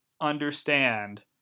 understand